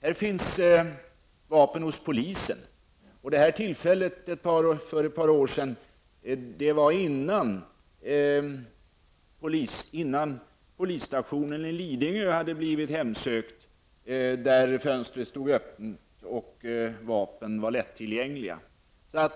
Det finns emellertid också vapen hos polisen -- det här var innan polisstationen på Lidingö hemsöktes, då ett fönster stod öppet och polisens vapen var lättillgängliga.